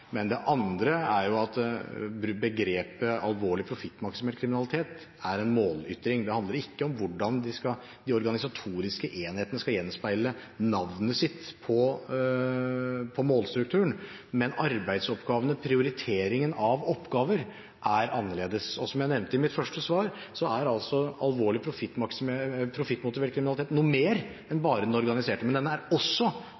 Det andre er at begrepet «alvorlig, profittmotivert kriminalitet» er en målytring. Det handler ikke om hvordan de organisatoriske enhetene skal få gjenspeile navnet sitt på målstrukturen, men arbeidsoppgavene, prioriteringen av oppgavene er annerledes. Som jeg nevnte i mitt første svar, er alvorlig, profittmotivert kriminalitet noe mer enn bare den organiserte, men den er også organisert. Så